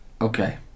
Okay